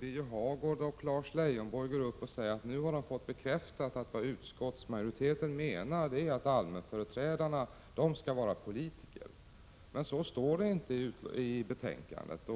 Birger Hagård och Lars Leijonborg sade att nu hade de fått bekräftat att vad utskottsmajoriteten menar är att allmänföreträdarna skall vara politiker. Men så står det inte i betänkandet.